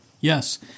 Yes